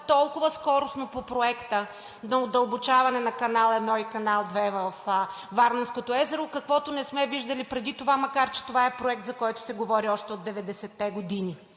толкова скоростно по Проекта за удълбочаване на Канал 1 и Канал 2 във Варненското езеро, каквото не сме виждали преди това, макар че това е проект, за който се говори още от 90-те години.